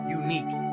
unique